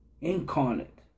incarnate